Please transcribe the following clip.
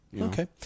Okay